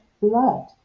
blood